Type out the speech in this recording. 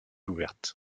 ouverte